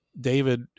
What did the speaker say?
David